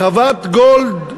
חוות גולד,